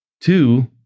Two